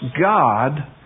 God